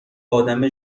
آدم